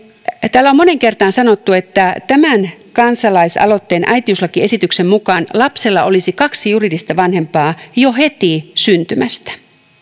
täällä on moneen kertaan sanottu että tämän kansalaisaloitteen äitiyslakiesityksen mukaan lapsella olisi kaksi juridista vanhempaa jo heti syntymästä